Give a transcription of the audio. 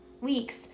weeks